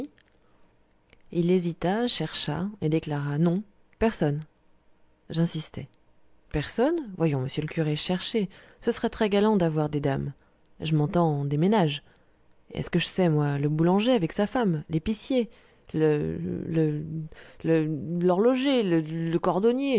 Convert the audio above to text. il hésita chercha et déclara non personne j'insistai personne voyons monsieur le curé cherchez ce serait très galant d'avoir des dames je m'entends des ménages est-ce que je sais moi le boulanger avec sa femme l'épicier le le le l'horloger le le cordonnier